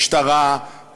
משטרה,